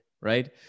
right